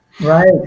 right